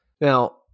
Now